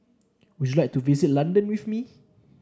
would you like to visit London with me